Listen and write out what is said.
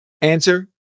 Answer